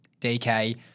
DK